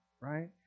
right